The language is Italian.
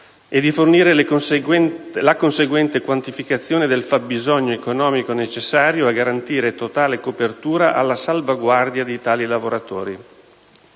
e di fornire la conseguente quantificazione del fabbisogno economico necessario a garantire totale copertura alla salvaguardia di tali lavoratori.